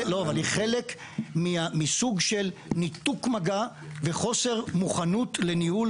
היא חלק מסוג של ניתוק מגע וחוסר מוכנות לניהול